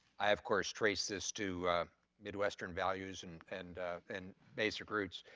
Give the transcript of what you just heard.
i of course trace this to midwestern values and and and basic roots.